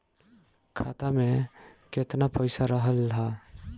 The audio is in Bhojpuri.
खाता में केतना पइसा रहल ह?